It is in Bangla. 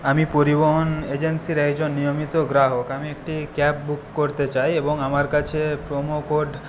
আমি পরিবহন এজেন্সির একজন নিয়মিত গ্রাহক আমি একটি ক্যাব বুক করতে চাই এবং আমার কাছে প্রোমো কোড